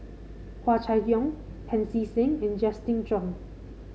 Hua Chai Yong Pancy Seng and Justin Zhuang